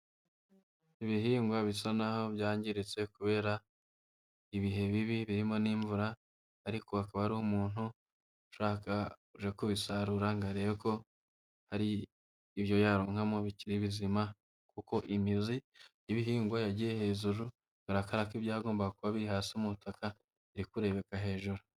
Ibihingwa bisa naho byangiritse kubera ibihe bibi birimo n'imvura, ariko hakaba hari umuntu ushaka, uje kubisarura ngo arebe ko hari ibyo yaronkamo bikiri bizima, kuko imizi y'ibihingwa yagiye hejuru, bigaragara ko ibyagombaga kuba hasi mu butaka biri kurebeka hejuru.